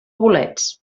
bolets